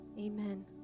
amen